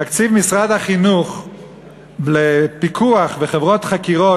תקציב משרד החינוך לפיקוח וחברות חקירות